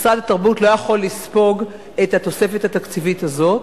משרד התרבות לא יכול לספוג את התוספת התקציבית הזאת,